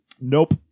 Nope